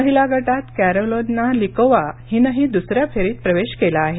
महिला गटात Carolina Likova हिनंही दुसऱ्या फेरीत प्रवेश केला आहे